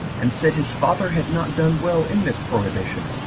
and said his father had not done well in this prohibition,